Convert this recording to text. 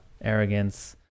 arrogance